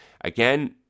Again